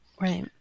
right